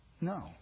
No